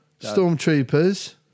Stormtroopers